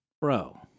Bro